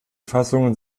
fassungen